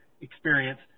experience